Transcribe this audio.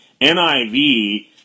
NIV